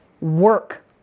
work